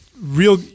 real